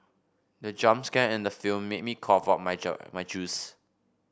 the jump scare in the film made me cough out my my juice